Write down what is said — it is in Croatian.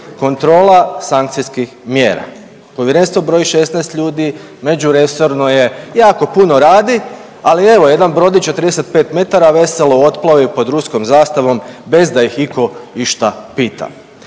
kontrola sankcijskih mjera. Povjerenstvo broji 16 ljudi, međuresorno je, jako puno radi, ali evo jedan brodić od 35 metara veselo otplovi pod ruskom zastavom bez da ih iko iša pita.